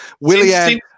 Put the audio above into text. Willian